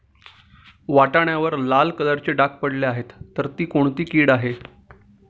वाटाण्यावर लाल कलरचे डाग पडले आहे तर ती कोणती कीड आहे?